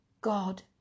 God